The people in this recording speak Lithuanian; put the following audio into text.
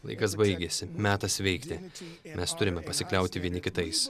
laikas baigėsi metas veikti mes turime pasikliauti vieni kitais